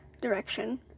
direction